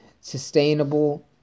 sustainable